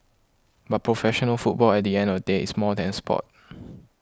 but professional football at the end of the day is more than a sport